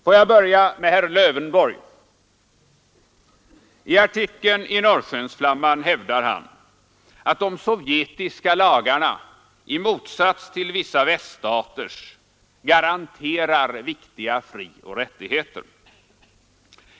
Får jag börja med herr Lövenborg. I artikeln i Norrskensflamman hävdar han att de sovjetiska lagarna i motsats till vissa väststaters garanterar viktiga frioch rättigheter.